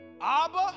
Abba